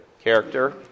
Character